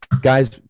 Guys